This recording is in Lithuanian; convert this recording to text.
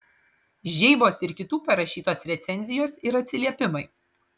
žeibos ir kitų parašytos recenzijos ir atsiliepimai